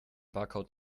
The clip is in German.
barcode